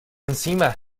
encima